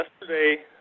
yesterday